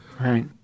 Right